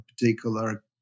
particular